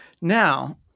now